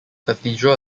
cathedral